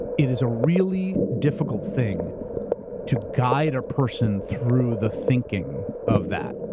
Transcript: it is a really difficult thing to guide a person through the thinking of that.